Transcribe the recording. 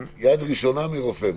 הקשה.